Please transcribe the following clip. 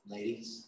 Ladies